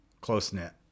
close-knit